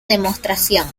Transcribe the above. demostración